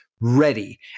ready